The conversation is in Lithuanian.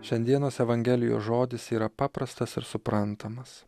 šiandienos evangelijos žodis yra paprastas ir suprantamas